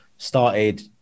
started